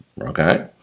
okay